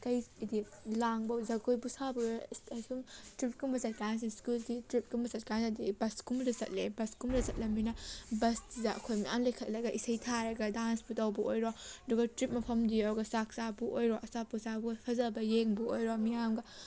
ꯂꯥꯡꯕ ꯖꯒꯣꯏꯕꯨ ꯁꯥꯕ ꯑꯣꯏꯔꯣ ꯑꯁꯨꯝ ꯇꯔꯤꯞ ꯀꯨꯝꯕ ꯆꯠꯀꯥꯟꯁꯤ ꯁ꯭ꯀꯨꯜꯒꯤ ꯇꯔꯤꯞ ꯀꯨꯝꯕ ꯆꯠꯀꯥꯟꯗꯗꯤ ꯕꯁ ꯀꯨꯝꯕꯗ ꯆꯠꯂꯦ ꯕꯁ ꯀꯨꯝꯕꯗ ꯆꯠꯂꯝꯃꯤꯅ ꯕꯁꯁꯤꯗ ꯑꯩꯈꯣꯏ ꯃꯌꯥꯝ ꯂꯩꯈꯠꯂꯒ ꯏꯁꯩ ꯊꯥꯔꯒ ꯗꯥꯟꯁꯄꯨ ꯇꯧꯕ ꯑꯣꯏꯔꯣ ꯑꯗꯨꯒ ꯇꯔꯤꯞ ꯃꯐꯝꯗꯨ ꯌꯧꯔꯒ ꯆꯥꯛ ꯆꯥꯕꯕꯨ ꯑꯣꯏꯔꯣ ꯑꯆꯥꯄꯣꯠ ꯆꯥꯕꯕꯨ ꯐꯖꯕ ꯌꯦꯡꯕꯕꯨ ꯑꯣꯏꯔꯣ ꯃꯤꯌꯥꯝꯒ